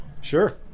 Sure